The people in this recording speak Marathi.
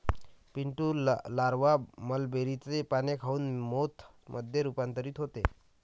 पिंटू लारवा मलबेरीचे पाने खाऊन मोथ मध्ये रूपांतरित होते